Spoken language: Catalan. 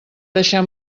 deixar